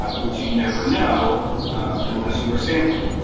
um which you'd never know unless you were sampling.